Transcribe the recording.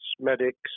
medics